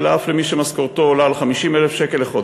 אלא אף למי שמשכורתו עולה על 50,000 לחודש.